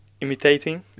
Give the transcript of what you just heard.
imitating